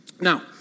Now